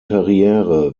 karriere